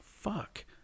fuck